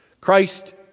Christ